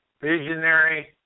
visionary